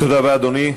תודה רבה, אדוני.